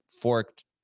forked